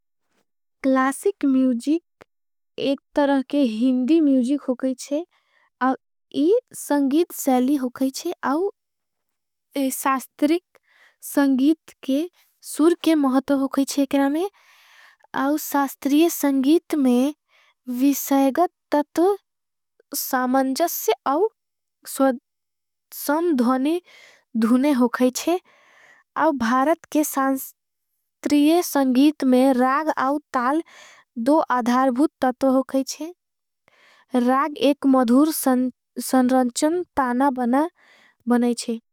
Classic music एक तरह के हिंदी म्यूजिक होगाईचे। अव यी संगीत सेली होगाईचे आव सास्त्रिक संगीत के। सूर के महतब होगाईचे एकरामे आव सास्त्रिय संगीत में। विशायगत तत्व सामनजस से आव संध्वनी धूने होगाईचे। आव भारत के सास्त्रिय संगीत में राग आव ताल दो आधारभूत। तत्व होगाईचे राग एक मधूर सन्रंचन ताना बना बनाईचे।